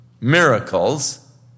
miracles